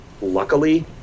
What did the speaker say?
luckily